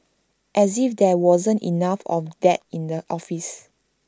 as if there wasn't enough of that in the office